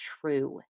true